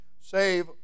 save